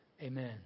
Amen